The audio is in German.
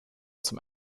zum